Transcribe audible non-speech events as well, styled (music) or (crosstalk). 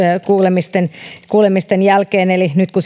kuulemisten kuulemisten jälkeen eli nyt kun (unintelligible)